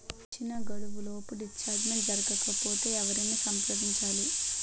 ఇచ్చిన గడువులోపు డిస్బర్స్మెంట్ జరగకపోతే ఎవరిని సంప్రదించాలి?